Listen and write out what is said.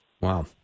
Wow